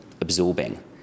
absorbing